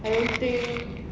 I don't think